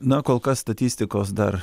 na kol kas statistikos dar